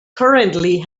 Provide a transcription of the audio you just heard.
currently